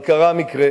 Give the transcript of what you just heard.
אבל קרה מקרה